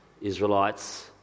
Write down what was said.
Israelites